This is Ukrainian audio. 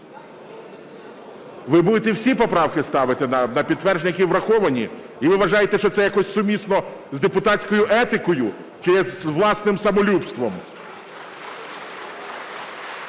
Ви будете всі поправки ставити на підтвердження, які враховані? І ви вважаєте, що це якось сумісно з депутатською етикою чи з власним самолюбством?